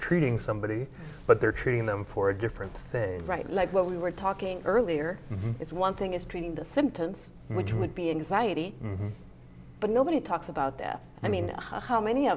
treating somebody but they're treating them for a different thing right like what we were talking earlier it's one thing is treating the symptoms which would be and but nobody talks about death i mean how many u